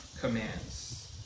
commands